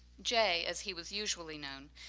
jay, as he was usually known,